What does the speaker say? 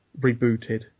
rebooted